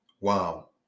Wow